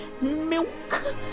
Milk